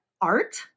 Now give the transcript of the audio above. art